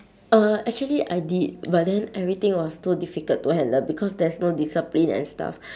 uh actually I did but then everything was too difficult to handle because there's no discipline and stuff